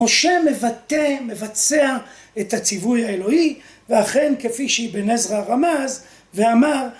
‫משה מבטא, מבצע את הציווי האלוהי, ‫ואכן, כפי שאבן עזרא רמז ואמר...